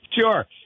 Sure